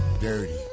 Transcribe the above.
dirty